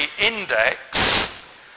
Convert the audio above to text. Index